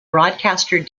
broadcaster